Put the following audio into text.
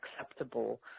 acceptable